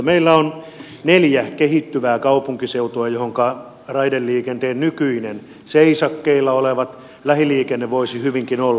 meillä on neljä kehittyvää kaupunkiseutua joissa raideliikenteen nykyinen seisakkeilla oleva lähiliikenne voisi hyvinkin olla